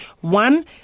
one